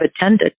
attended